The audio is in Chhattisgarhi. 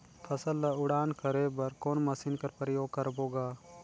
फसल ल उड़ान करे बर कोन मशीन कर प्रयोग करबो ग?